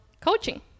coaching